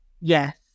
Yes